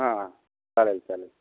हा हा चालेल चालेल